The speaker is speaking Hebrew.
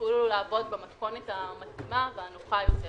יתחילו לעבור במתכונת המתאימה והנוחה יותר,